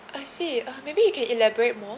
I see uh maybe you can elaborate more